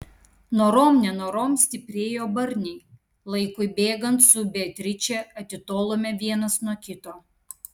norom nenorom stiprėjo barniai laikui bėgant su beatriče atitolome vienas nuo kito